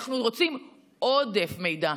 אנחנו רוצים עודף מידע,